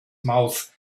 mouths